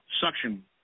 Suction